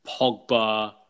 Pogba